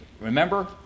remember